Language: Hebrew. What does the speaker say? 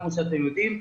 כמו שאתם יודעים,